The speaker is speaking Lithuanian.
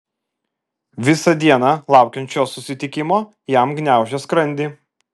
visą dieną laukiant šio susitikimo jam gniaužė skrandį